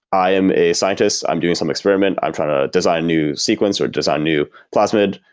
i am a scientist, i'm doing some experiment, i'm trying to design new sequence, or design new plasmid.